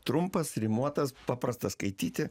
trumpas rimuotas paprastas skaityti